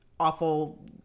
awful